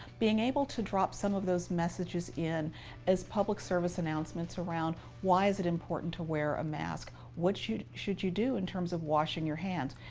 being able to drop some of those messages in as public service announcements around, why is it important to wear a mask? what should should you do in terms of washing your hands?